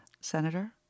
Senator